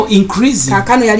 increasing